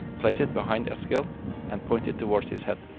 place it behind eskild and point it towards his head.